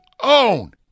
own